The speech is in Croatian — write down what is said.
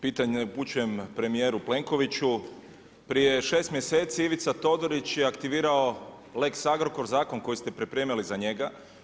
Pitanje upućujem premjeru Plenkoviću, prije 6 mjeseci, Ivica Todorić je aktivirao lex Agrokor, zakon koji ste pripremili za njega.